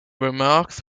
remarks